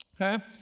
okay